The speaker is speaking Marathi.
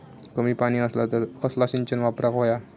कमी पाणी असला तर कसला सिंचन वापराक होया?